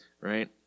right